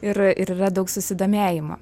ir ir yra daug susidomėjimo